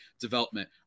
development